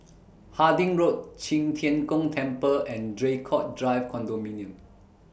Harding Road Qi Tian Gong Temple and Draycott Drive Condominium